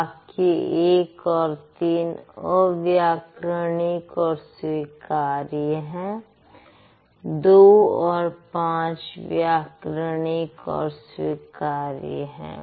वाक्य १ और ३ अव्याकरणिक और स्वीकार्य हैं २ और ५ व्याकरणिक और स्वीकार्य है